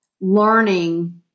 learning